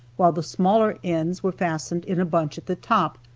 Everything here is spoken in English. while the smaller ends were fastened in a bunch at the top,